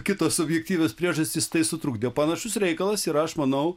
kitos objektyvios priežastys tai sutrukdė panašus reikalas yra aš manau